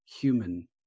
human